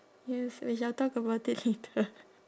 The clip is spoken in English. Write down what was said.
yes we shall talk about it later